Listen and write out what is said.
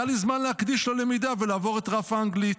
היה לי זמן להקדיש ללמידה ולעבור את רף האנגלית.